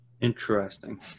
interesting